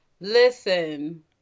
listen